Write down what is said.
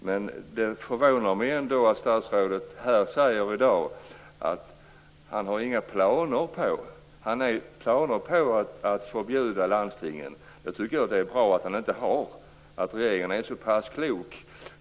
Men det förvånar mig ändå att statsrådet här i dag säger att han inte har några planer på att förbjuda landstingen att privatisera sjukhusen. Jag tycker att det är bra att regeringen är så klok.